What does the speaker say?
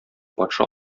патша